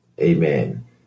Amen